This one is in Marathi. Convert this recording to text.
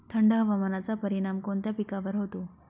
थंड हवामानाचा परिणाम कोणत्या पिकावर होतो?